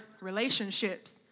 relationships